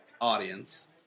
audience